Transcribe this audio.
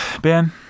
Ben